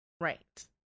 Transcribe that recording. Right